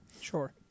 Sure